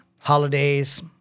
Holidays